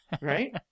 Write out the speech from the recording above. Right